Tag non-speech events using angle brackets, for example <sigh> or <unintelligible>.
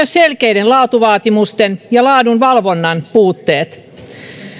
<unintelligible> selkeiden laatuvaatimusten ja laadunvalvonnan puutteet